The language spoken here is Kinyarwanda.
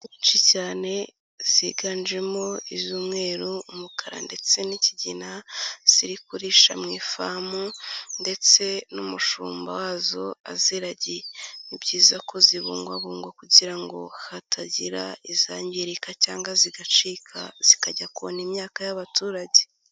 Inka nyinshi cyane ziganjemo iz'umweru, umukara ndetse n'ikigina, ziri kurisha mu ifamu ndetse n'umushumba wazo aziragiye. Ni byiza kuzibungabunga kugira ngo hatagira izangirika cyangwa zigacika zikajya kona imyaka y'abaturage.